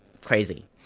crazy